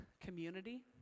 Community